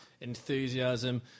enthusiasm